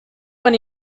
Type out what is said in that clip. when